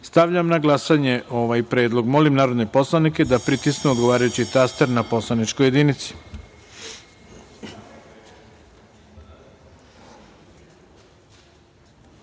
reda. Stavljam na glasanje ovaj predlog. Molim narodne poslanike da pritisnu odgovarajući taster na poslaničkoj